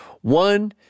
One